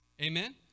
Amen